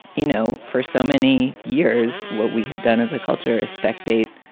you know, for so many years, what we have done as a culture is spectate,